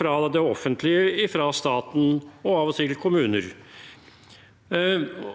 fra det offentlige, fra staten og av og til fra kommunene.